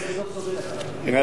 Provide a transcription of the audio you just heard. לא, אני לא סובל, אגב.